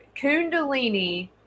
kundalini